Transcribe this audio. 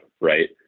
right